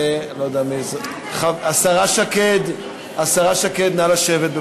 השרה שקד, נא לשבת.